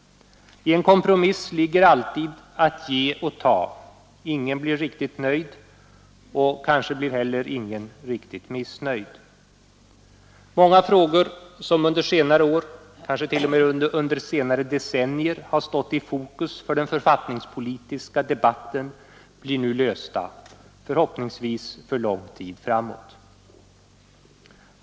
I en kompromiss ligger alltid att ge och ta, ingen blir riktigt nöjd, kanske blir ingen heller riktigt missnöjd. Många frågor som under senare år, kanske t.o.m. under senare decennier, har stått i fokus för den författningspolitiska debatten blir nu lösta, förhoppningsvis för lång tid framåt.